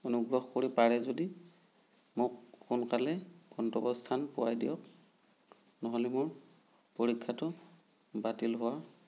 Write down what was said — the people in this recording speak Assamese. অনুগ্ৰহ কৰি পাৰে যদি মোক সোনকালে গন্তব্যস্থান পোৱাই দিয়ক নহ'লে মোৰ পৰীক্ষাটো বাতিল হোৱা